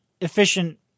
efficient